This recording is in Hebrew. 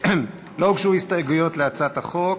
לא הוגשו הסתייגויות להצעת החוק.